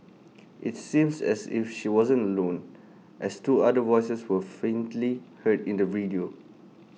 IT seems as if she wasn't alone as two other voices were faintly heard in the video